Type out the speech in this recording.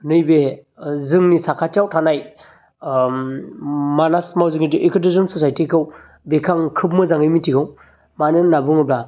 नैबे जोंनि साखाथियाव थानाय आम मानास मावजिगेन्द्रि एकोदेजम सचाइटिखौ बेखौ आं खोब मोजाङै मिथिगौ मानो होन्नानै बुङोब्ला